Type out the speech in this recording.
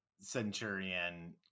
centurion